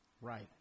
Right